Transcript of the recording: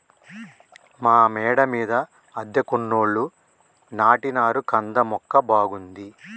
మా మేడ మీద అద్దెకున్నోళ్లు నాటినారు కంద మొక్క బాగుంది